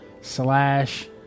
slash